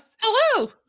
Hello